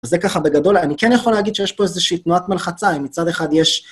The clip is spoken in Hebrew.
אז זה ככה בגדול, אני כן יכול להגיד שיש פה איזושהי תנועת מלחצה אם מצד אחד יש...